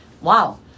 Wow